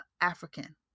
african